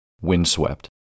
Windswept